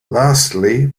lastly